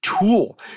tool